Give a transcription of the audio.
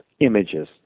images